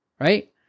right